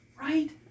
Right